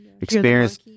experience